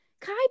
Kai